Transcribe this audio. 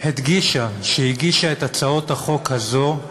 והדגישה שהיא הגישה את הצעת החוק הזו,